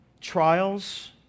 trials